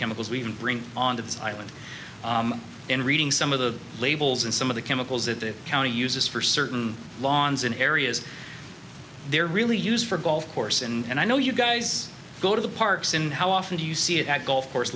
chemicals we even bring on the island in reading some of the labels and some of the chemicals that the county uses for certain lawns in areas they're really used for golf course and i know you guys go to the parks and how often do you see it at golf course